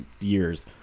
Years